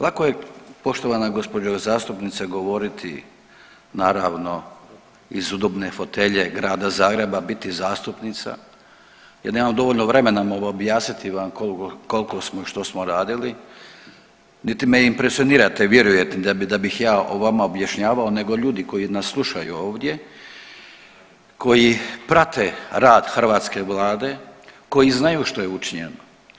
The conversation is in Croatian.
Lako je poštovana gospođo zastupnice govoriti naravno iz udobne fotelje grada Zagreba, biti zastupnica jer nemam dovoljno vremena objasniti vam koliko smo i što smo radili, niti me impresionirate vjerujte da bih ja vama objašnjavao, nego ljudi koji vas slušaju ovdje, koji prate rad hrvatske Vlade, koji znaju što je učinjeno.